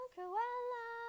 Cruella